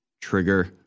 trigger